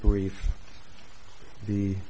brief the